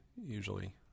usually